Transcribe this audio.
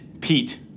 Pete